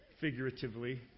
Figuratively